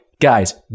guys